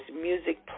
music